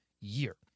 year